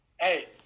Hey